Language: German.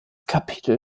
kapitel